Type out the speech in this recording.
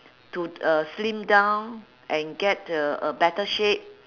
to uh slim down and get a a better shape